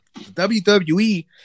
WWE